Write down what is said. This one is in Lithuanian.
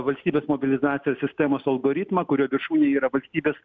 valstybės mobilizacijos sistemos algoritmą kurio viršūnėj yra valstybės